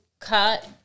cut